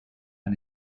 and